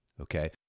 okay